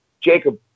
Jacob